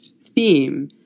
theme